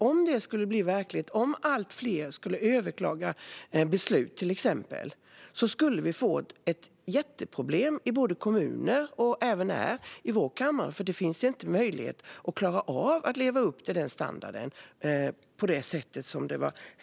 Om allt fler skulle överklaga beslut skulle vi få ett jätteproblem i både kommuner och även här i vår kammare, för det finns inte möjlighet att leva upp till kravet på den standarden.